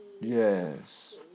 Yes